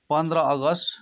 पन्ध्र अगस्त